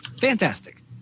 Fantastic